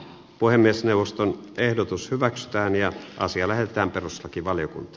puhemiesneuvoston ehdotus hyväksytään ja asia lähetetään peruslakivaliokunta